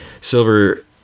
Silver